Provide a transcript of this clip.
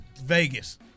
Vegas